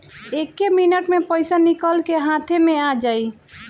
एक्के मिनट मे पईसा निकल के हाथे मे आ जाई